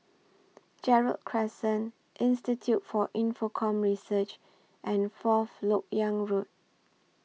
Gerald Crescent Institute For Infocomm Research and Fourth Lok Yang Road